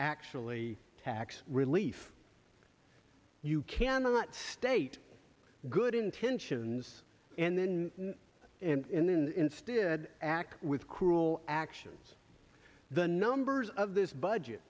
actually tax relief you cannot state good intentions and then and then instead act with cruel actions the numbers of this budget